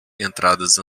entradas